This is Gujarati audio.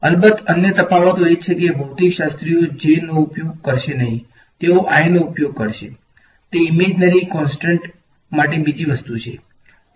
અલબત્ત અન્ય તફાવતો એ છે કે ભૌતિકશાસ્ત્રીઓ j નો ઉપયોગ કરશે નહીં તેઓ i નો ઉપયોગ કરશે તે ઈમેજનરી કોંસ્ટંટ ah માટે બીજી વસ્તુ છે